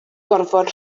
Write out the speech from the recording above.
gorfod